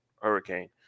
hurricane